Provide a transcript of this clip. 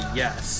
yes